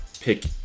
Pick